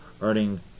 earning